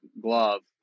glove